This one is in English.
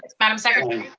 madam secretary?